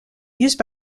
used